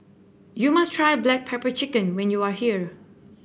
you must try Black Pepper Chicken when you are here